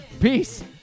Peace